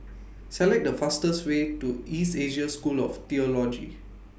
Select The fastest Way to East Asia School of Theology